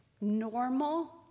normal